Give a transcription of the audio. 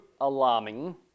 alarming